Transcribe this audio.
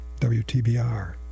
WTBR